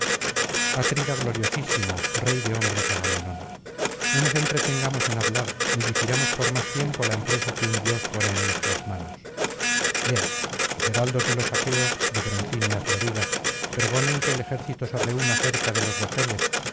atrida gloriosísimo rey de hombres agamenón no nos entretengamos en hablar ni difiramos por más tiempo la empresa que un dios pone en nuestras manos ea los heraldos de los aqueos de broncíneas lorigas pregonen que el ejército se reúna cerca de los bajeles